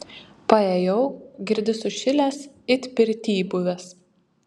paėjau girdi sušilęs it pirtyj buvęs